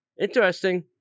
Interesting